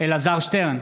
אלעזר שטרן,